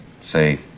say